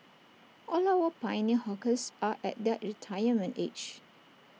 all our pioneer hawkers are at their retirement age